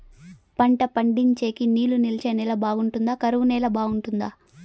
పంట పండించేకి నీళ్లు నిలిచే నేల బాగుంటుందా? కరువు నేల బాగుంటుందా?